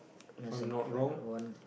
doesn't find the one